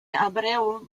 abreu